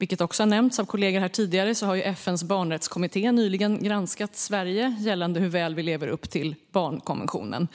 Som också har nämnts av kollegor här tidigare har FN:s barnrättskommitté nyligen granskat Sverige gällande hur väl vi lever upp till barnkonventionen.